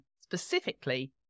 specifically